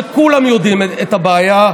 וכולם יודעים את הבעיה,